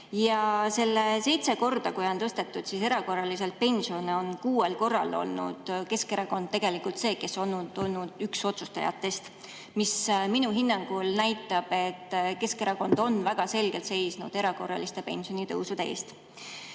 Seitsmel korral, kui on tõstetud erakorraliselt pensione, on kuuel korral olnud Keskerakond see, kes on olnud üks otsustajatest, mis minu hinnangul näitab, et Keskerakond on väga selgelt seisnud erakorraliste pensionitõusude eest.